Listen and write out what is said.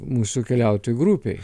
mūsų keliautojų grupei